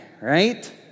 right